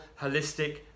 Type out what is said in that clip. holistic